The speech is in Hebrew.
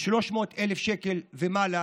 מ-300,000 שקל ומעלה,